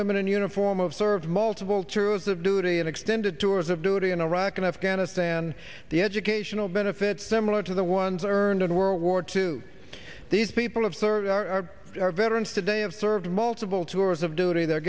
women in uniform of serve multiple tours of duty and extended tours of duty in iraq and afghanistan the educational benefits similar to the ones i earned in world war two these people have served our our veterans today of served multiple tours of duty they're